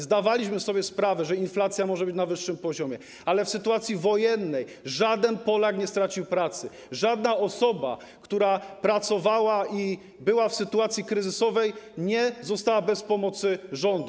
Zdawaliśmy sobie sprawę, że inflacja może być na wyższym poziomie, ale w sytuacji wojennej żaden Polak nie stracił pracy, żadna osoba, która pracowała i była w sytuacji kryzysowej, nie została bez pomocy rządu.